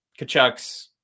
Kachucks